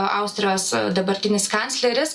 austrijos dabartinis kancleris